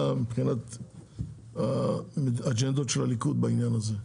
מבחינת האג'נדות של הליכוד בעניין הזה.